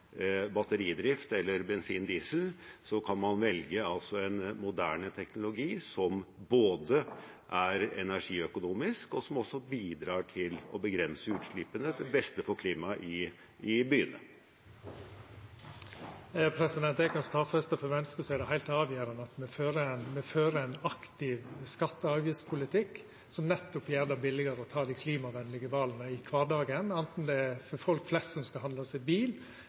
kan man velge en moderne teknologi som både er energiøkonomisk og bidrar til å begrense utslippene, til beste for klimaet i byene. Eg kan stadfesta at for Venstre er det heilt avgjerande at me fører ein aktiv skatte- og avgiftspolitikk, som nettopp gjer det billigare å ta dei klimavenlege vala i kvardagen, anten det er for folk flest som skal handla seg bil,